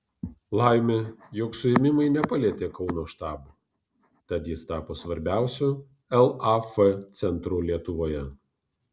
laimė jog suėmimai nepalietė kauno štabo tad jis tapo svarbiausiu laf centru lietuvoje